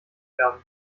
werden